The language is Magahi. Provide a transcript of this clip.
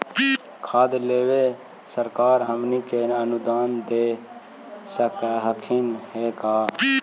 खाद लेबे सरकार हमनी के अनुदान दे सकखिन हे का?